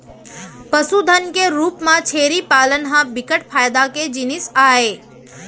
पसुधन के रूप म छेरी पालन ह बिकट फायदा के जिनिस आय